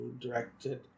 directed